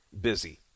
busy